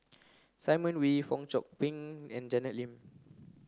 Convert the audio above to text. Simon Wee Fong Chong Pik and Janet Lim